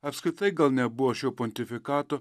apskritai gal nebuvo šio pontifikato